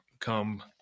come